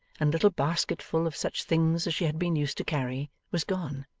and little basket full of such things as she had been used to carry, was gone.